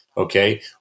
Okay